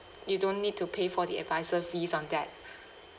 you don't need to pay for the advisor fees on that